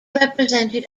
represented